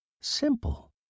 Simple